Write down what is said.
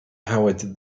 howard